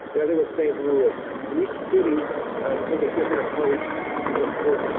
the other was st. louis and each city took a different approach to the flu.